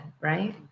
right